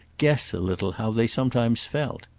guess a little how they sometimes felt.